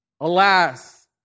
Alas